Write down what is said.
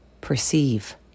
perceive